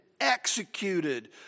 executed